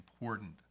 important